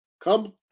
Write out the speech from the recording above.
Come